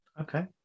Okay